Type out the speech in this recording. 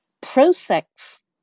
pro-sex